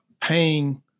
paying